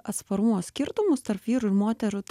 atsparumo skirtumus tarp vyrų ir moterų